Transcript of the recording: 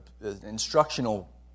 instructional